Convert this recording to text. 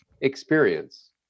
experience